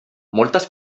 moltes